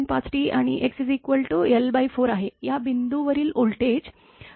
5T आणि x l4 आहे या बिंदू वरील व्होल्टेज